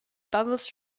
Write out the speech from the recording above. bubbles